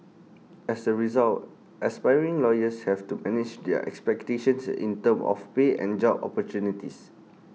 as A result aspiring lawyers have to manage their expectations in terms of pay and job opportunities